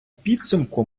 підсумку